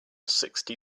sixty